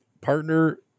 partner